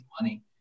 money